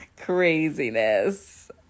craziness